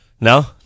No